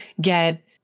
get